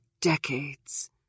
decades